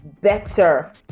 Better